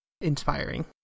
inspiring